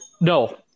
no